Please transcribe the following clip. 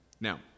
Now